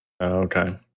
okay